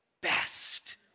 best